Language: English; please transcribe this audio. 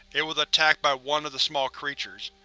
it was attacked by one of the small creatures.